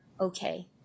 okay